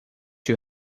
you